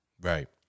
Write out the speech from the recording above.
Right